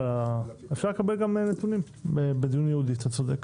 אפשר לקבל גם נתונים בדיון ייעודי, אתה צודק.